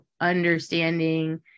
Understanding